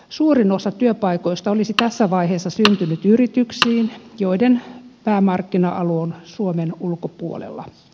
suurin osa työpaikoista olisi tässä vaiheessa syntynyt yrityksiin joiden päämarkkina alue on suomen ulkopuolella